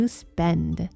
spend